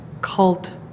cult